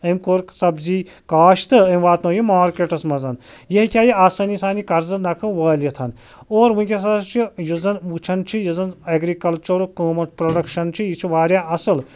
أمۍ کوٚر سبزی کاشتہٕ أمۍ واتنٲو یہِ مارکٮ۪ٹَس مَنٛز یہِ ہیٚکہِ ہا یہِ آسٲنی سان یہِ قرضہٕ نَکھٕ وٲلِتھ اور وٕنۍکٮ۪س حظ چھِ یُس زَن وٕچھان چھِ یُس زَن اٮ۪گرِکَلچَرُک قۭمَت پرٛوڈَکشَن چھِ یہِ چھِ واریاہ اَصٕل